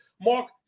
Mark